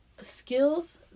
skills